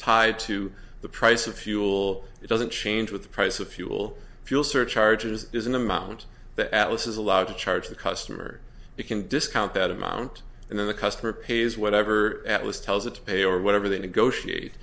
tied to the price of fuel it doesn't change with the price of fuel fuel surcharges is an amount that atlas is allowed to charge the customer it can discount that amount and then the customer pays whatever atlas tells it to pay or whatever they negotiate